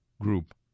group